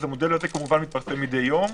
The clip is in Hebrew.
אז המודל הזה כמובן מתפרסם מדי יום